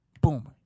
Boom